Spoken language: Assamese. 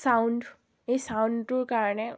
ছাউণ্ড এই ছাউণ্ডটোৰ কাৰণে